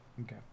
Okay